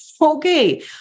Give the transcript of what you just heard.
okay